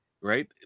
right